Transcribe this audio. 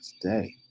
today